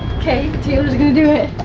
okay, taylor's gonna do it.